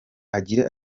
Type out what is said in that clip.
agira